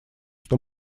что